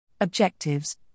Objectives